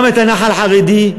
גם הנח"ל החרדי,